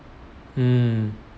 mm